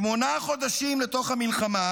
שמונה חודשים לתוך המלחמה,